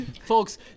Folks